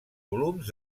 volums